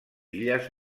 illes